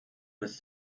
with